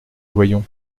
voyons